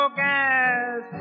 gas